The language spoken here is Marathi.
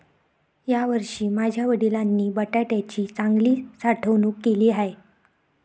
यावर्षी माझ्या वडिलांनी बटाट्याची चांगली साठवणूक केली आहे